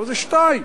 זה שתיים.